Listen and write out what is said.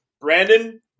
Brandon